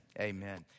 Amen